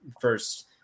First